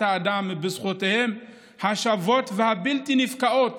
האדם ובזכויותיהם השוות והבלתי-נפקעות